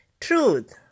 Truth